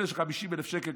אלה של 50,000 שקל,